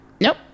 nope